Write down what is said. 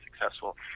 successful